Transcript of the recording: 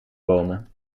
bomen